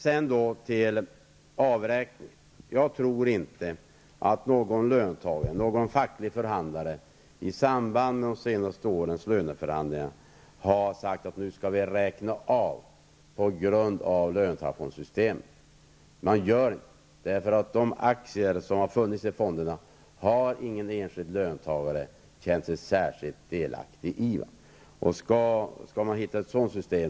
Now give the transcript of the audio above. Så över till avräkningsfrågan. Jag tror inte att någon facklig förhandlare i samband med de senaste årens löneförhandlingar har sagt att avräkningar skulle göras på grund av löntagarfondssystemet. Ingen enskild löntagare har nämligen känt sig vara delaktig i de aktier som har funnits i fonderna. Ett system som möjliggör detta måste utformas på ett annat sätt.